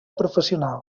professional